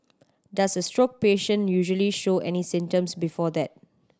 does a stroke patient usually show any symptoms before that